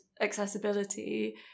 accessibility